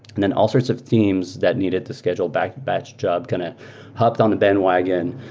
and then all sorts of themes that needed to schedule batch batch job kind of hopped on the bandwagon.